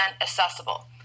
accessible